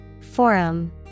Forum